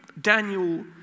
Daniel